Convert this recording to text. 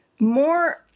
more